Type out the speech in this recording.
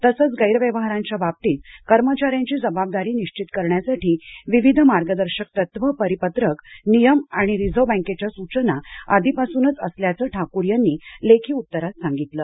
तसंच गैरव्यवहारांच्या बाबतीत कर्मचाऱ्यांची जबाबदारी निश्चित करण्यासाठी विविध मार्गदर्शक तत्वे परिपत्रक नियम आणि रिझर्व्ह बँकेच्या सूचना आधीपासूनच असल्याचं ठाकूर यांनी लेखी उत्तरात सांगितलं